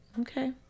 Okay